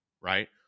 right